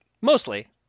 Mostly